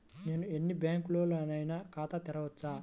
నేను ఎన్ని బ్యాంకులలోనైనా ఖాతా చేయవచ్చా?